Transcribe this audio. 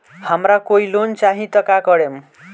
हमरा कोई लोन चाही त का करेम?